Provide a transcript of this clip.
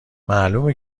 معلومه